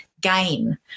gain